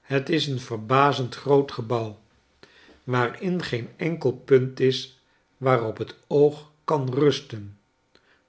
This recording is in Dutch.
het is een verbazend groot gebouw waarin geen enkel punt is waarop het oog kan rusten